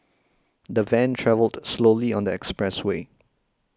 the van travelled slowly on the expressway